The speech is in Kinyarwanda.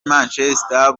manchester